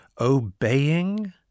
obeying